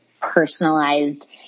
personalized